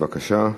בבקשה,